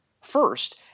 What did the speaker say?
first